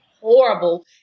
horrible